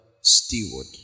steward